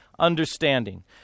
Understanding